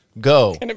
Go